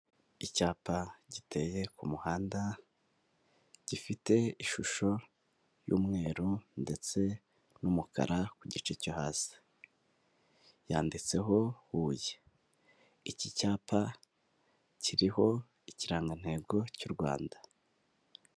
Icyapa giteye ku muhanda, gifite ishusho y'umweru ndetse n'umukara ku gice cyo hasi, yanditseho Huye iki cyapa kiriho ikirangantego cy'u Rwanda.